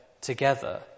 together